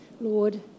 Lord